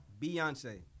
Beyonce